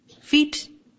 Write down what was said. Feet